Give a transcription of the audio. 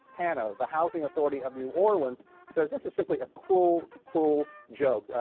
hano, the housing authority of new orleans says this is simply a cruel, cruel joke,